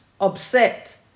upset